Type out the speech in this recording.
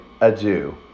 adieu